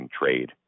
trade